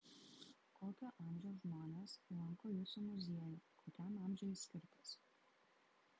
kokio amžiaus žmonės lanko jūsų muziejų kokiam amžiui jis skirtas